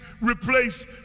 replace